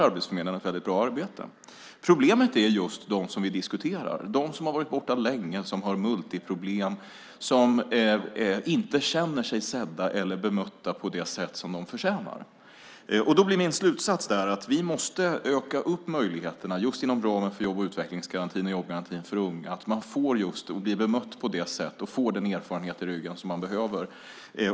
Arbetsförmedlingen gör ett väldigt bra arbete. Problemet är just dem vi diskuterar. Det är de som har varit borta länge och har multiproblem och inte känner sig sedda eller bemötta på det sätt de förtjänar. Min slutsats blir att vi måste öka möjligheterna just inom ramen för jobb och utvecklingsgarantin och jobbgarantin för unga så att de blir bemötta på rätt sätt och får de erfarenheter de behöver.